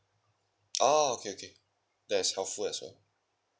oh okay okay that is helpful as well